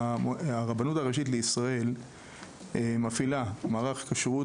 הרבנות הראשית לישראל מפעילה מערך כשרות